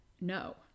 No